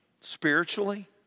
spiritually